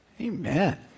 Amen